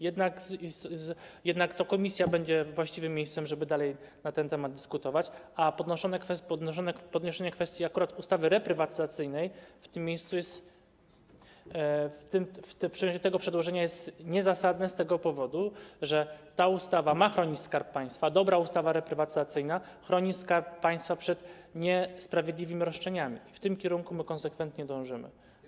Jednak to komisja będzie właściwym miejscem, żeby dalej na ten temat dyskutować, a podniesienie kwestii ustawy reprywatyzacyjnej w tym miejscu, w czasie tego przedłożenia jest niezasadne z tego powodu, że ta ustawa ma chronić Skarb Państwa, dobra ustawa reprywatyzacyjna chroni Skarb Państwa przed niesprawiedliwymi roszczeniami i w tym kierunku konsekwentnie dążymy.